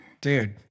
dude